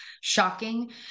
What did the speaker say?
shocking